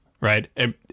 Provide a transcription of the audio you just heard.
Right